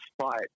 spot